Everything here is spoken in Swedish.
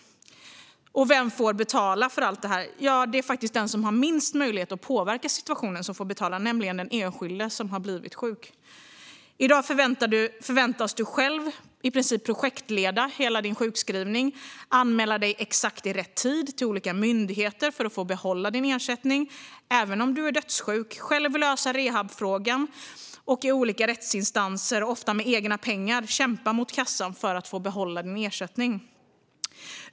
Vem får betala för allt detta? Det är faktiskt den som har minst möjlighet att påverka situationen som får betala, nämligen den enskilde som har blivit sjuk. I dag förväntas du själv i princip projektleda hela din sjukskrivning, anmäla dig i exakt rätt tid till olika myndigheter för att få behålla din ersättning, även om du är dödssjuk, själv lösa rehabfrågan och i olika rättsinstanser och ofta med egna pengar kämpa mot kassan för att få behålla din ersättning.